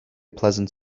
pleasant